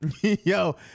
Yo